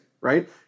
right